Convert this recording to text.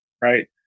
right